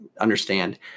understand